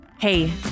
Hey